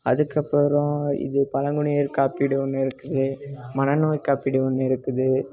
அதுக்கப்புறம் இது பழங்குடியினர் காப்பீடு ஒன்று இருக்குது மனநோய் காப்பீடு ஒன்று இருக்குது